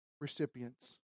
recipients